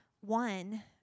one